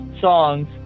songs